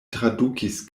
tradukis